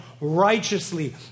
righteously